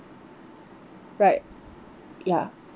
right ya